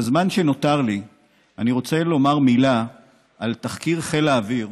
בזמן שנותר לי אני רוצה לומר מילה על תחקיר חיל האוויר